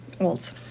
Olds